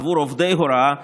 עבור עובדי הוראה בלבד.